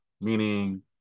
meaning